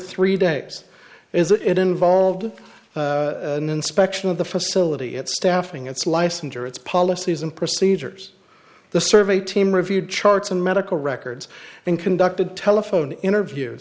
three days is it involved in inspection of the facility at staffing its licensure its policies and procedures the survey team reviewed charts and medical records and conducted telephone interview